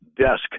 desk